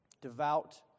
Devout